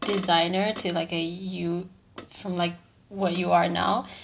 designer to like uh you from like where you are now